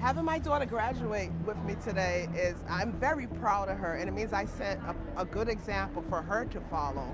having my daughter graduate with me today is i'm very proud of her and it means i set a good example for her to follow